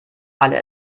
alle